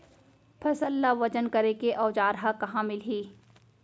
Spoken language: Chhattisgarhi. फसल ला वजन करे के औज़ार हा कहाँ मिलही?